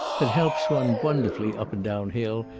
that helps one wonderfully up and down hill,